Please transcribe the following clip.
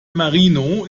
marino